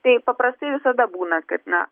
tai paprastai visada būna kad na